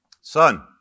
Son